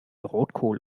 rotkohl